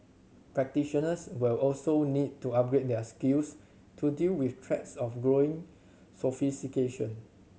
practitioners will also need to upgrade their skills to deal with threats of growing sophistication